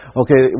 okay